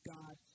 God